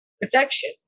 protection